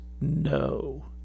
no